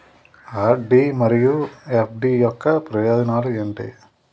RD మరియు FD యొక్క ప్రయోజనాలు ఏంటి?